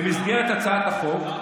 במסגרת הצעת החוק,